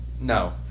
No